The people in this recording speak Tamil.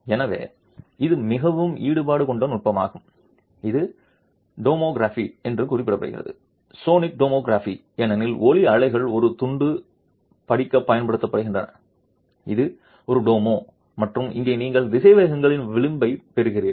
எனவே இது மிகவும் ஈடுபாடு கொண்ட நுட்பமாகும் இது டோமோகிராபி என்று குறிப்பிடப்படுகிறது சோனிக் டோமோகிராபி ஏனெனில் ஒலி அலைகள் ஒரு துண்டு படிக்க பயன்படுத்தப்படுகின்றன இது ஒரு டோமோ மற்றும் இங்கே நீங்கள் திசைவேகங்களின் விளிம்பைப் பெறுகிறீர்கள்